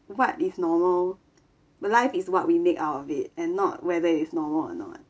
what is normal but life is what we make out of it and not whether is normal or not